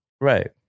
Right